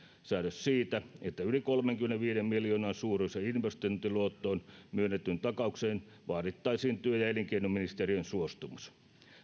säännös siitä että yli kolmenkymmenenviiden miljoonan suuruiseen investointiluottoon myönnettyyn takaukseen vaadittaisiin työ ja elinkeinoministeriön suostumus